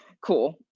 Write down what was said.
cool